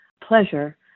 pleasure